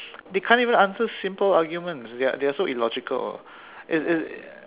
they can't even answer simple arguments they're they're so illogical it's it's